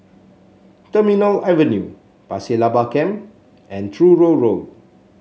Terminal Avenue Pasir Laba Camp and Truro Road